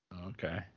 Okay